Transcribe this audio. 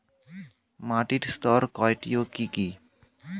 মাটির স্তর কয়টি ও কি কি?